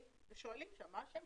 שואלים שם מה השם.